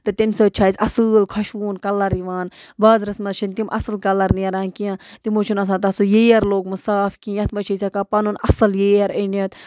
تہٕ تمہِ سۭتۍ چھُ اَسہِ اَصۭل خۄشوُن کَلَر یِوان بازرَس مَنٛز چھِنہٕ تِم اَصٕل کَلَر نیران کیٚنٛہہ تِمو چھُنہٕ آسان تَتھ سُہ ییر لوگمُت صاف کیٚنٛہہ یَتھ منٛز چھِ أسۍ ہٮ۪کان پَنُن اَصٕل ییر أنِتھ